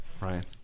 right